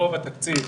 רוב התקציב